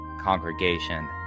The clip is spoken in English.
congregation